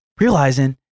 realizing